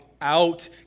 out